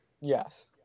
Yes